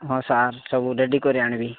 ହଁ ସାର୍ ସବୁ ରେଡ଼ି କରି ଆଣିବି